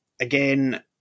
again